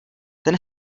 ten